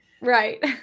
Right